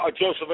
Joseph